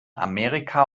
amerika